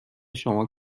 شما